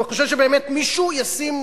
אתה חושב שבאמת מישהו ישים,